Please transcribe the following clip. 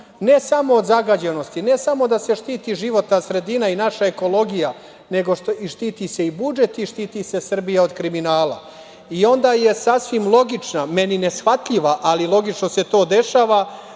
ne samo od zagađenosti, ne samo da se štiti životna sredina i naša ekologija, nego i štiti se i budžet, i štiti se Srbija od kriminala. Onda je sasvim logična, meni neshvatljiva, ali logično se to dešava,